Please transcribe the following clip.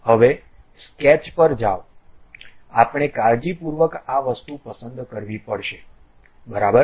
હવે સ્કેચ પર જાઓ આપણે કાળજીપૂર્વક આ વસ્તુ પસંદ કરવી પડશે બરાબર